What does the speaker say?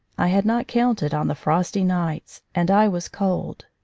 i had not counted on the frosty nights, and i was cold.